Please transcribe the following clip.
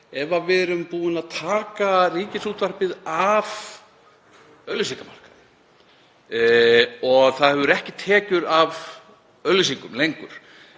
ef við erum búin að taka Ríkisútvarpið af auglýsingamarkaði og það hefur ekki tekjur af auglýsingum lengur